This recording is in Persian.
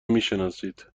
میشناسید